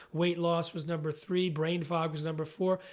weight loss was number three. brain fog was number four.